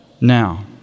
now